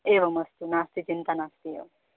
एवम् अस्तु नास्ति चिन्ता नास्ति एवम्